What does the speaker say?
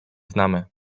znamy